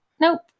Nope